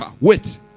Wait